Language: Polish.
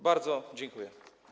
Bardzo dziękuję.